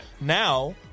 Now